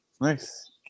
Nice